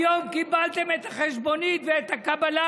היום קיבלתם את החשבונית ואת הקבלה,